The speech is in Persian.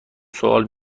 سوال